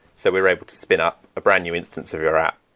so we're able to spin up a brand new instance of your app,